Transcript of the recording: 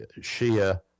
Shia